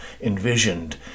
envisioned